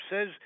says